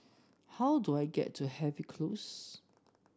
how do I get to Harvey Close